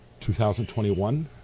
2021